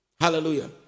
Hallelujah